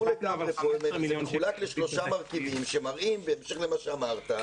זה חולק לשלושה מרכיבים שמראים בהמשך למה שאמרת,